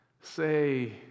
Say